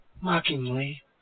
mockingly